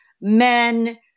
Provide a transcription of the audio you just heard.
men